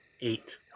Eight